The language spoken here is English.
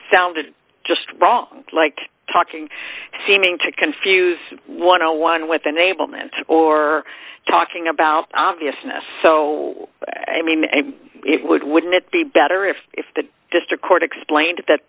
sounded just wrong like talking seeming to confuse one on one with enablement or talking about obviousness so i mean it would wouldn't it be better if if the district court explained that